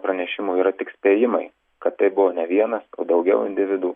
pranešimų yra tik spėjimai kad tai buvo ne vienas o daugiau individų